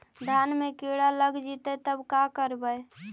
धान मे किड़ा लग जितै तब का करबइ?